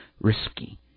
risky